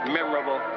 Memorable